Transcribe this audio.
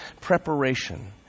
preparation